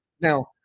Now